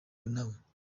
nawe